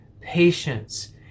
patience